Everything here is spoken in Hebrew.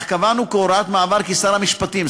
אך קבענו כהוראת מעבר כי שר המשפטים,